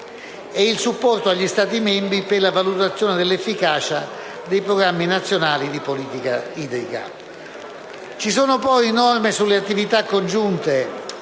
e il supporto agli Stati membri per la valutazione dell'efficacia dei programmi nazionali di politica idrica. Ci sono poi norme sulle attività congiunte